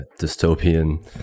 dystopian